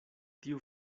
tiu